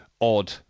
odd